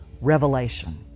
Revelation